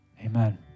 amen